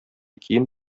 кием